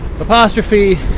apostrophe